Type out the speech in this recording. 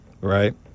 right